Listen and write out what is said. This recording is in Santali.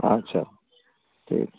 ᱟᱪᱪᱷᱟ ᱴᱷᱤᱠ